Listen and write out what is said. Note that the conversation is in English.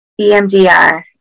EMDR